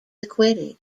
acquitted